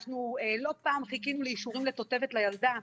אנחנו לא פעם חיכינו לאישורים לתותבת לילדה,